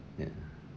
ya